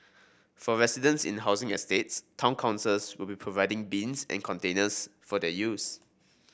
for residents in housing estates town councils will be providing bins and containers for their use